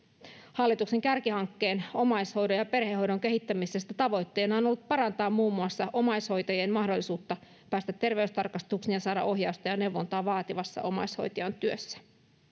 hallituksen kärkihankkeen omaishoidon ja perhehoidon kehittämisestä tavoitteena on ollut parantaa muun muassa omaishoitajien mahdollisuutta päästä terveystarkastukseen ja saada ohjausta ja neuvontaa vaativassa omaishoitajan työssä